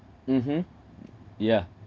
mmhmm yeah